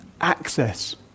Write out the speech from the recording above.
access